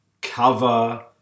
cover